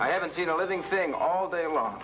i haven't seen a living thing all day long